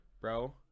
Bro